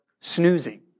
snoozing